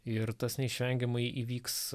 ir tas neišvengiamai įvyks